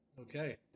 Okay